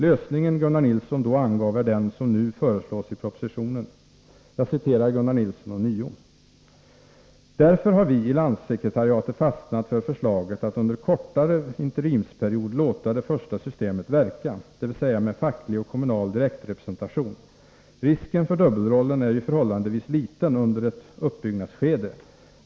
Lösningen Gunnar Nilsson då angav är den som nu föreslås i propositionen. Jag citerar Gunnar Nilsson ånyo: ”Därför har vi i Landssekretariatet fastnat för förslaget att under en kortare interimsperiod låta det första systemet verka, dvs. med facklig och kommunal direktrepresentation. Risken för dubbelrollen är ju förhållandevis liten under ett uppbyggnadsskede.